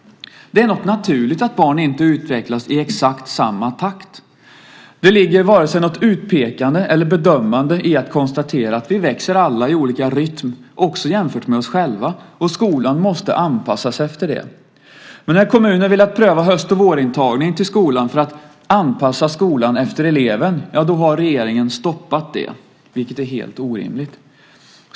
Det är något naturligt att barn inte utvecklas i exakt samma takt. Det ligger varken något utpekande eller något bedömande i att konstatera att vi alla växer i olika rytm, också jämfört med oss själva, och skolan måste anpassas efter det. När kommuner velat pröva höst och vårintagning till skolan för att anpassa skolan efter eleven har dock regeringen stoppat det, vilket är helt orimligt.